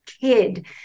kid